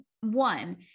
one